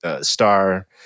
star